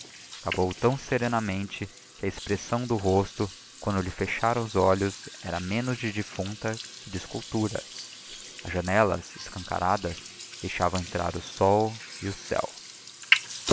acabou tão serenamente que a expressão do rosto quando lhe fecharam os olhos era menos de defunta que de escultura as janelas escancaradas deixavam entrar o sol e o céu